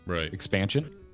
expansion